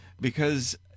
because-